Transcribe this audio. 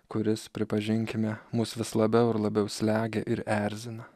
kuris pripažinkime mus vis labiau ir labiau slegia ir erzina